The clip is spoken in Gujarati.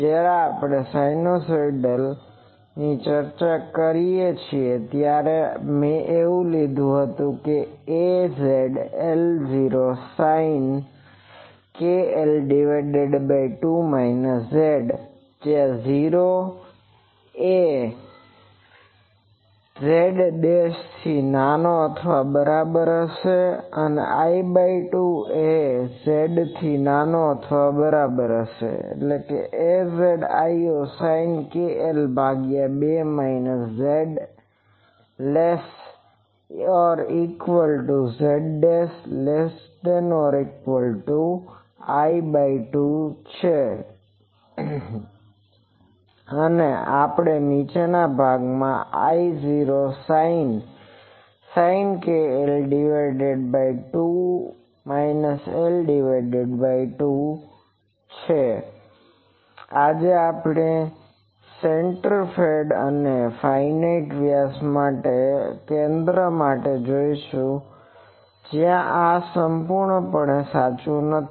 જ્યારે આપણે સિનુસાઇડલની ચર્ચા કરી છે ત્યારે મે એ લીધું છે કે આ AZ IOsin kl2 z 0≤z I2 Az I0 sine kl ભાગ્યા 2 minus z less equal z' less equal I by 2 છે અને નીચેના ભાગમાં તે IOsin kl2 L2 I0 sine kl ભાગ્યા 2 માઈનસ L2 z' થી 0 માટે આપણી પહેલાની વસ્તુ હતી આજે આપણે સેન્ટર ફેડ અને ફાઈનાઇટ વ્યાસ માટેના કેન્દ્ર માટે જોઈશું જ્યાં આ સંપૂર્ણ સાચું નથી